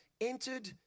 entered